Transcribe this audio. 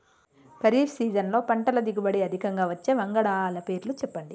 ఖరీఫ్ సీజన్లో పంటల దిగుబడి అధికంగా వచ్చే వంగడాల పేర్లు చెప్పండి?